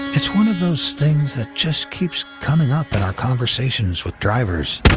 it's one of those things that just keeps coming up in our conversations with drivers.